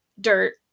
dirt